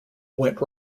went